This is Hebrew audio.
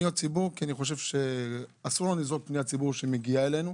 אני חושב שאסור לנו לזרוק פניית ציבור שמגיעה אלינו.